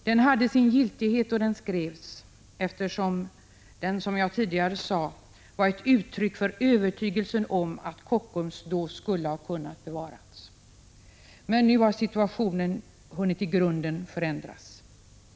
Den hade sin giltighet då den skrevs, eftersom den, som jag tidigare sade, var ett uttryck för övertygelsen om att Kockums då skulle ha kunnat bevaras. Men nu har situationen hunnit i grunden förändras. Att tiden och samtiden Prot.